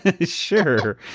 Sure